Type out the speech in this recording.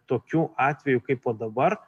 tokiu atveju kaipo dabar